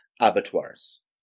abattoirs